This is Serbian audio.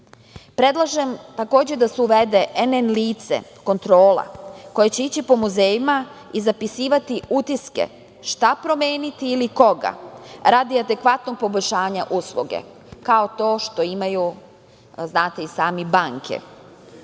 muzeja. Predlažem, takođe da se uvede nn lice, kontrola, koja će ići po muzejima i zapisivati utiske šta promeniti ili koga radi adekvatnog poboljšanja usluge, kao to što imaju, znate i sami, banke. Ovo